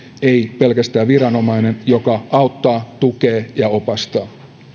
ei pelkästään viranomainen joka auttaa tukee ja opastaa